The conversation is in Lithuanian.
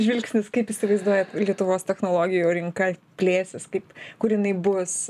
žvilgsnis kaip įsivaizduojat lietuvos technologijų rinka plėsis kaip kur jinai bus